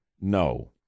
no